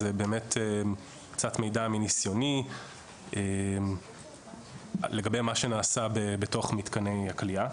זה באמת קצת מידע מניסיוני לגבי מה שנעשה בתוך מתקני הכליאה.